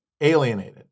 alienated